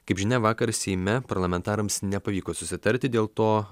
kaip žinia vakar seime parlamentarams nepavyko susitarti dėl to